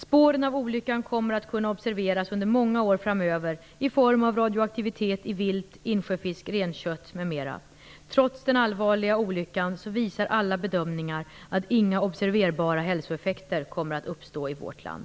Spåren av olyckan kommer att kunna observeras under många år framöver i form av radioaktivitet i vilt, insjöfisk, renkött m.m. Trots den allvarliga olyckan visar alla bedömningar att inga observerbara hälsoeffekter kommer att uppstå i vårt land.